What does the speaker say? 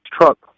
truck